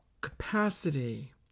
capacity